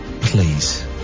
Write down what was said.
please